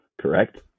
Correct